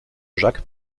jacques